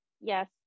yes